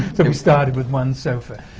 so, we started with one sofa.